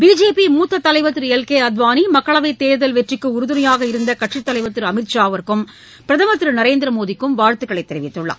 BJP மூத்த தலைவா் Thiru L K Advani மக்களவைத் தோ்தல் வெற்றிக்கு உறுதுணையாக இருந்த கட்சித்தலைவா் திரு அமித்ஷா வுக்கும் பிரதமா் திரு நரேந்திரமோடிக்கும் வாழ்த்து தெரிவித்துள்ளார்